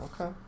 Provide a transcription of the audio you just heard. Okay